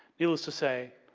needless to say